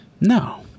No